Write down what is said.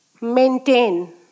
maintain